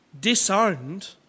disowned